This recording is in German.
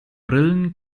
brillen